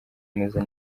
ameze